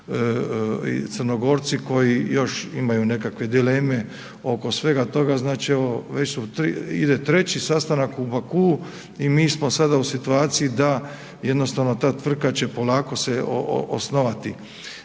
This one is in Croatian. i Crnogorci koji još imaju nekakve dileme oko svega toga, znači evo ide treći sastanak u Baku i mi smo sada u situaciji da jednostavno ta tvrtka će polako se osnovati.